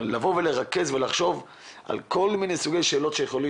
לרכז ולחשוב על כל מיני שאלות שיכולות